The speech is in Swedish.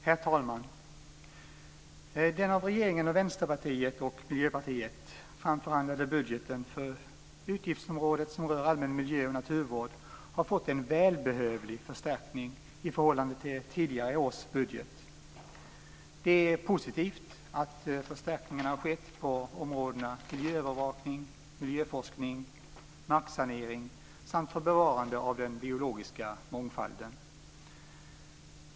Herr talman! Den av regeringen, Vänsterpartiet och Miljöpartiet framförhandlade budgeten för det utgiftsområde som rör allmän miljö och naturvård har fått en välbehövlig förstärkning i förhållande till tidigare års budget. Det är positivt att en förstärkning har skett på områdena miljöövervakning, miljöforskning och marksanering samt när det gäller bevarandet av den biologiska mångfalden.